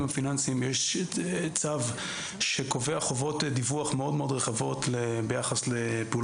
הפיננסיים יש צו שקובע חובות דיווח מאוד מאוד רחבות ביחס לפעולות